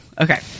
okay